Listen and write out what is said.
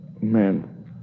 Man